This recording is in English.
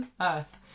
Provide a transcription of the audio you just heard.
Earth